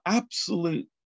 absolute